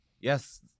Yes